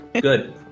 Good